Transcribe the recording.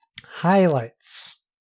Highlights